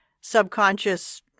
subconscious